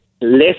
less